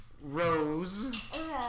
Rose